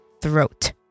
throat